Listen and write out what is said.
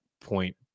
point